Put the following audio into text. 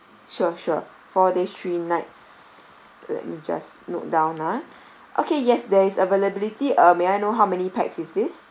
sure sure four days three nights let me just note down ah okay yes there is availability uh may I know how many pax is this